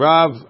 Rav